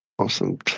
Awesome